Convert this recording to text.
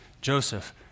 Joseph